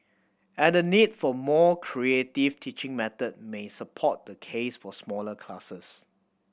and the need for more creative teaching methods may support the case for smaller classes